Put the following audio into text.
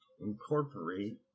incorporate